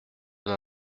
n’en